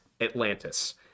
Atlantis